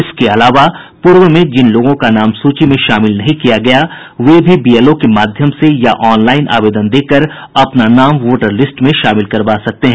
इसके अलावा पूर्व में जिन लोगों का नाम सूची में शामिल नहीं किया गया वे भी बीएलओ के माध्यम से या ऑनलाइन आवेदन देकर अपना नाम वोटर लिस्ट में शामिल करवा सकते हैं